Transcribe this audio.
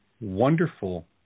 wonderful